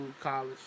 college